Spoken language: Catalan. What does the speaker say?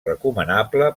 recomanable